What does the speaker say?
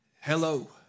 Hello